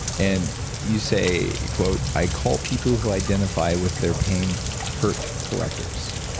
and you say, quote, i call people who identify with their pain hurt collectors.